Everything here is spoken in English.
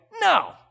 no